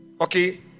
okay